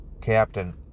captain